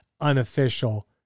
unofficial